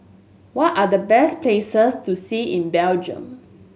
what are the best places to see in Belgium